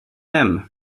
hem